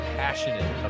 passionate